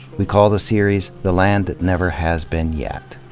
we call the series, the land that never has been yet.